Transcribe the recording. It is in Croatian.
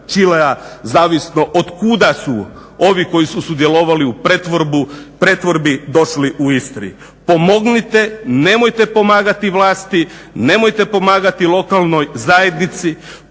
zavisno od kuda su ovi koji su sudjelovali u pretvorbi došli u Istri. Pomognite, nemojte pomagati vlasti, nemojte pomagati lokalnoj zajednici